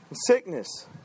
sickness